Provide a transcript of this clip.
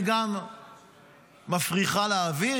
היא גם מפריחה לאוויר,